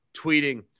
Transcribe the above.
tweeting